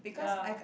ya